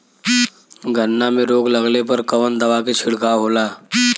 गन्ना में रोग लगले पर कवन दवा के छिड़काव होला?